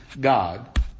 God